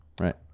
right